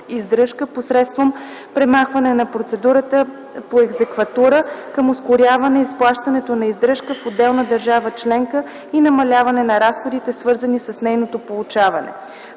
издръжка, посредством премахване на процедурата по екзекватура, към ускоряване изплащането на издръжка в отделна държава-членка и намаляване на разходите, свързани с нейното получаване.